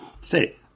Say